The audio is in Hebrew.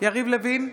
יריב לוין,